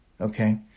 Okay